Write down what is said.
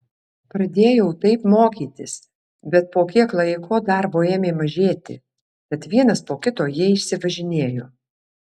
pradėjau taip mokytis bet po kiek laiko darbo ėmė mažėti tad vienas po kito jie išsivažinėjo